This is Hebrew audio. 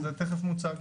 זה תכף מוצג.